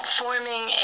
forming